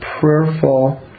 prayerful